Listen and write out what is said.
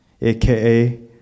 AKA